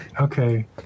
Okay